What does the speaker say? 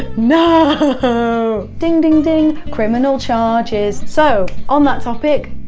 no ding ding ding! criminal charges. so on that topic.